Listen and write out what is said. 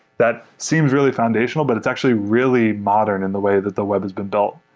that seems really foundational, but it's actually really modern in the way that the web has been built.